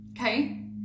okay